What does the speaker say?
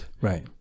right